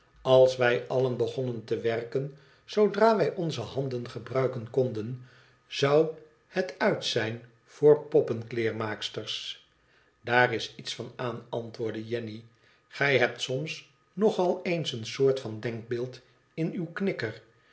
als wij allen begonnen te werken zoodra wij onze handen gebruiken konden zou het uit zijn voor poppenkleermaaksters daar is iets van aan antwoordde jenny gij hebt soms nog al eens een soort van denkbeeld in uw knikker